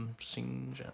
singh